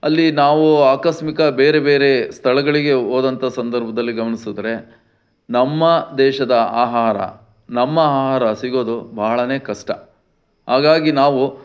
ಅಲ್ಲಿ ನಾವು ಆಕಸ್ಮಿಕ ಬೇರೆಬೇರೆ ಸ್ಥಳಗಳಿಗೆ ಹೋದಂಥ ಸಂದರ್ಭದಲ್ಲಿ ಗಮನಿಸದ್ರೆ ನಮ್ಮ ದೇಶದ ಆಹಾರ ನಮ್ಮ ಆಹಾರ ಸಿಗೋದು ಬಹಳಾನೇ ಕಷ್ಟ ಹಾಗಾಗಿ ನಾವು